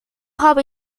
habe